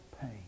pain